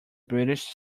british